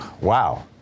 wow